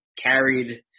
carried